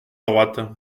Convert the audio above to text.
droite